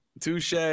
Touche